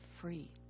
free